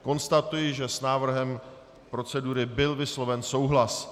Konstatuji, že s návrhem procedury byl vysloven souhlas.